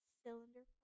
cylinder